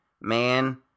man